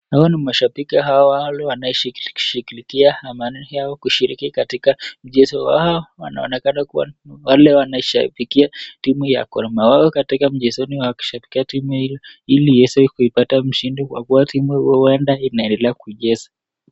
Hawa ni washabiki wanashungulikia amani, kushiriki katika mchezo hao wanaonekana kuwa wale wanashabikia timu ya gor mahia wao katika mchezoni, ili iweze kuipata mshindi kwa kuwa timu inaendelea kucheza.